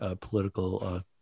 political